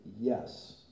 yes